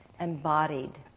embodied